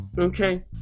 okay